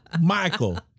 Michael